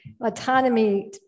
autonomy